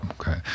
Okay